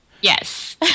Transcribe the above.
Yes